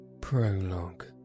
Prologue